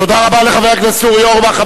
תודה רבה לחבר הכנסת אורי אורבך.